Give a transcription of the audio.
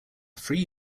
free